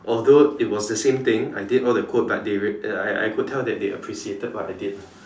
although it was the same thing I did all the code but they re~ I I could tell that they appreciated what I did lah